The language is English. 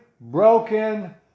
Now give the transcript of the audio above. broken